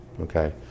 okay